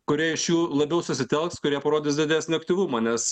kurie iš jų labiau susitelks kurie parodys didesnį aktyvumą nes